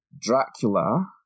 Dracula